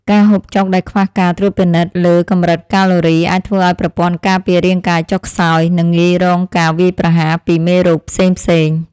ការហូបចុកដែលខ្វះការត្រួតពិនិត្យលើកម្រិតកាឡូរីអាចធ្វើឲ្យប្រព័ន្ធការពាររាងកាយចុះខ្សោយ និងងាយរងការវាយប្រហារពីមេរោគផ្សេងៗ។